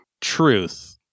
Truth